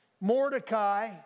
Mordecai